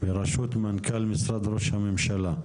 ברשות מנכ"ל משרד ראש הממשלה.